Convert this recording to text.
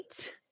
Right